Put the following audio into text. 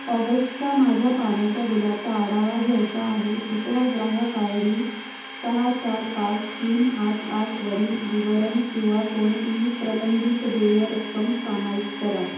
ऑगस्टच्या माझ्या पाण्याच्या बिलाचा आढावा घ्यायचा आहे कृपया ग्राहक आय डी सहा चार पाच तीन आठ आठवरील विवरण किंवा कोणतीही प्रलंबित देय रक्कम सामायिक करा